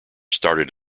started